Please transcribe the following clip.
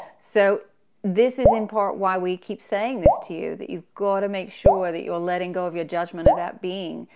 so this is in part why we keep saying this to you. that you've got to make sure that you're letting go of your judgment of that being.